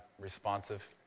responsive